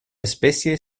especie